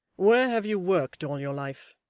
where have you worked all your life